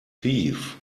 thief